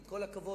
עם כל הכבוד,